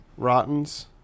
Rottens